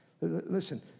Listen